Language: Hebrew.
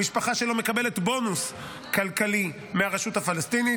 המשפחה שלו מקבלת בונוס כלכלי מהרשות הפלסטינית.